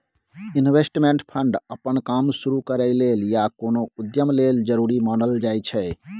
investment fund अप्पन काम शुरु करइ लेल या कोनो उद्यम लेल जरूरी मानल जाइ छै